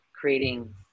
creating